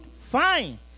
fine